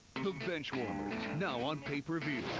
benchwarmers now on pay-per-view.